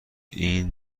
این